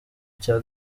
cya